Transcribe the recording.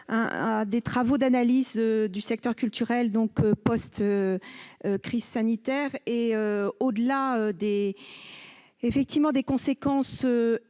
à des travaux d'analyse du secteur culturel post-crise sanitaire. Les conséquences seront